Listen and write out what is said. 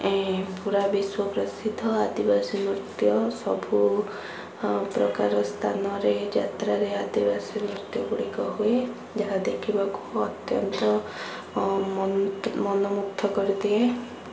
ପୁରା ବିଶ୍ୱ ପ୍ରସିଦ୍ଧ ଆଦିବାସୀ ନୃତ୍ୟ ସବୁ ପ୍ରକାର ସ୍ଥାନରେ ଯାତ୍ରାରେ ଆଦିବାସୀ ନୃତ୍ୟଗୁଡ଼ିକ ହୁଏ ଯାହା ଦେଖିବାକୁ ଅତ୍ୟନ୍ତ ମନମୁଗ୍ଧ କରିଦିଏ